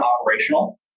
operational